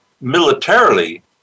militarily